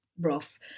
Rough